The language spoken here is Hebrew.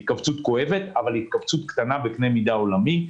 כואבת, אבל קטנה בקנה מידה עולמי.